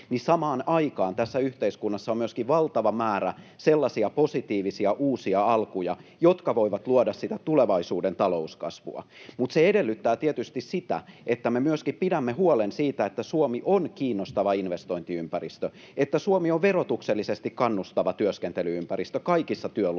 niin samaan aikaan tässä yhteiskunnassa on myöskin valtava määrä sellaisia positiivisia uusia alkuja, jotka voivat luoda sitä tulevaisuuden talouskasvua. Mutta se edellyttää tietysti sitä, että me myöskin pidämme huolen siitä, että Suomi on kiinnostava investointiympäristö, että Suomi on verotuksellisesti kannustava työskentely-ympäristö kaikissa tuloluokissa.